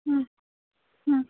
हां